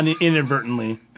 inadvertently